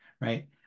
right